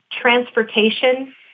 transportation